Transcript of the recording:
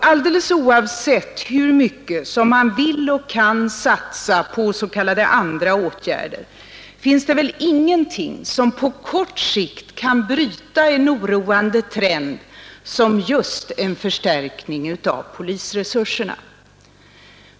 Alldeles oavsett hur mycket man vill och kan satsa på s.k. andra åtgärder finns det väl ingenting som på kort sikt kan bryta en oroande trend som just en förstärkning av polisresurserna.